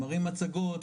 מראים מצגות,